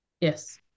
Yes